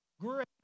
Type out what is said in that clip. great